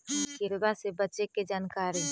किड़बा से बचे के जानकारी?